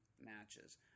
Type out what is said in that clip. matches